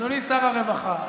אדוני שר הרווחה,